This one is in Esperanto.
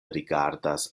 rigardas